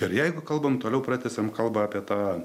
ir jeigu kalbant toliau pratęsiam kalbą apie tą